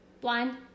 Blind